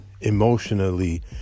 emotionally